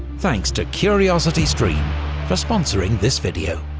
thanks to curiosity stream for sponsoring this video.